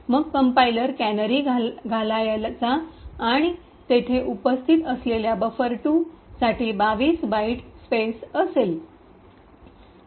मग compiler canary घालायचा insert insert आणि तेथे उपस्थित असलेल्या बफर२ साठी २२ बाइट स्पेस असेल